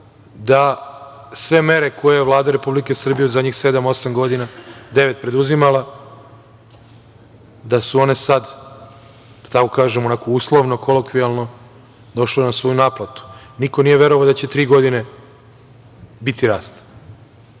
da sve mere koje je Vlada Republike Srbije u poslednjih sedam, osam, devet godina preduzimala, da su one sad, da tako kažem, uslovno, kolokvijalno, došle na svoju naplatu. Niko nije verovao da će tri godine biti rast. Mi